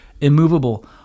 immovable